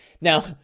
Now